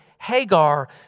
Hagar